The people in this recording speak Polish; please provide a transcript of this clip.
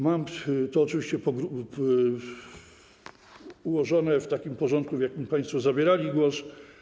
Mam je oczywiście ułożone w takim porządku, w jakim państwo zabierali głos.